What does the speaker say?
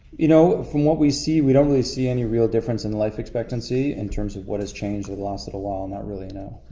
you know, from what we see, we don't really see any real difference in life expectancy in terms of what has changed the last little while not really no.